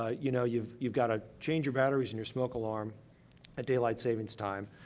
ah you know, you've you've got to change your batteries in your smoke alarm at daylight savings time,